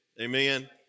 Amen